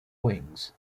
wings